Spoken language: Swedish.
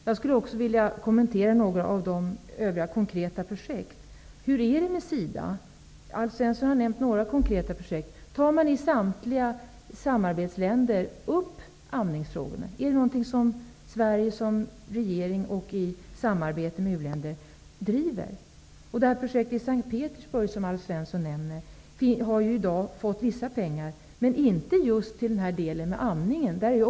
Jag skulle också vilja kommentera några av de övriga konkreta projekten. Hur är det med SIDA? Alf Svensson har nämnt några konkreta projekt. Tar man i samtliga samarbetsländer upp amningsfrågorna? Är det något som Sveriges regering i samarbetet med u-länderna driver? Det projekt i S:t Petersburg som Alf Svensson nämner har i dag fått vissa pengar, men inte just till denna del med amningen.